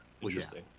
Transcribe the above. Interesting